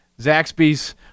Zaxby's